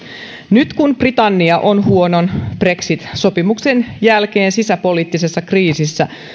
nyt kun britannia on huonon brexit sopimuksen jälkeen sisäpoliittisessa kriisissä